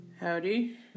Howdy